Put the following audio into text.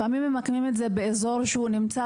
לפעמים הם מקנים את זה באזור שהוא נמצא